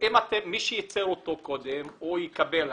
מי שייצר אותו קודם יקבל,